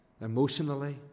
emotionally